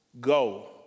go